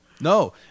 No